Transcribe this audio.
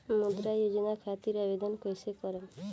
मुद्रा योजना खातिर आवेदन कईसे करेम?